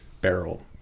barrel